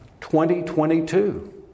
2022